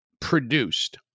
produced